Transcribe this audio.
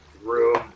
Room